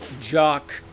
jock